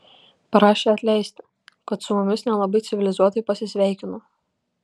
prašė atleisti kad su mumis nelabai civilizuotai pasisveikino